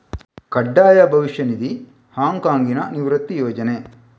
ಕಡ್ಡಾಯ ಭವಿಷ್ಯ ನಿಧಿ, ಹಾಂಗ್ ಕಾಂಗ್ನ ನಿವೃತ್ತಿ ಯೋಜನೆ